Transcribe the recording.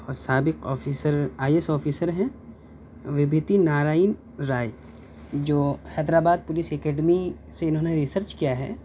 اور سابق officer I A S officer ہیں وبھوتی نارائن رائے جو حیدرآباد پولیس اکیڈمی سے اِنہوں نے ریسرچ کیا ہے